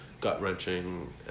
gut-wrenching